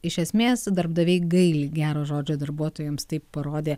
iš esmės darbdaviai gaili gero žodžio darbuotojams tai parodė